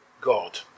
God